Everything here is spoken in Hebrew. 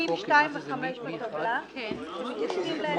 כולם